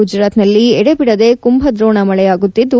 ಗುಜರಾತ್ನಲ್ಲಿ ಎಡೆಬಿಡದೆ ಕುಂಭದ್ರೋಣ ಮಳೆಯಾಗುತ್ತಿದ್ದು